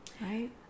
Right